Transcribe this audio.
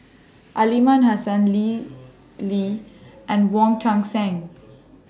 Aliman Hassan Lim Lee and Wong Tuang Seng